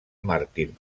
màrtir